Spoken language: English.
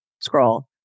scroll